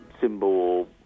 symbol